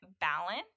balance